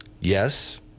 yes